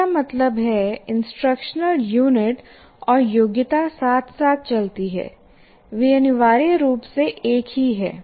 इसका मतलब है इंस्ट्रक्शनल यूनिट और योग्यता साथ साथ चलती है वे अनिवार्य रूप से एक ही हैं